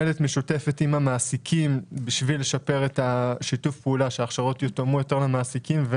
מינהלת משותפת עם המעסיקים בשביל שההכשרות יותאמו יותר למעסיקים.